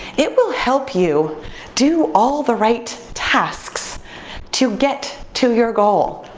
it will help you do all the right tasks to get to your goal.